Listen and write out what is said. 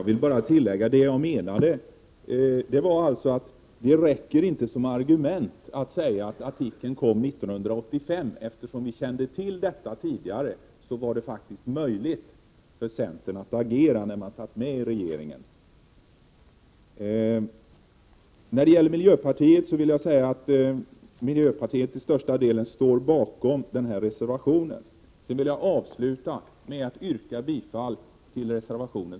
Herr talman! Vad jag menade var att det inte räcker som argument att säga att artikeln kom 1985. Eftersom vi kände till detta tidigare var det faktiskt möjligt för centern att agera när man satt med i regeringen. 111 Jag vill säga att miljöpartiet till största delen står bakom reservationen. Jag vill avsluta med att yrka bifall till reservationen.